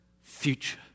future